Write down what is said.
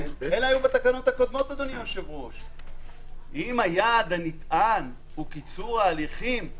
אם היעד הנטען הוא קיצור ההליכים,